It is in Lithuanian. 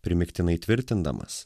primygtinai tvirtindamas